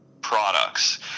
products